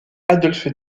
adolphe